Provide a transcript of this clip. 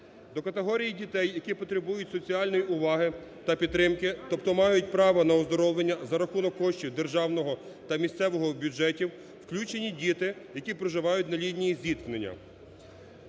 до категорії дітей, які потребують соціальної уваги та підтримки, тобто мають право на оздоровлення за рахунок коштів державного та місцевого бюджетів, включені діти, які проживають на лінії зіткнення.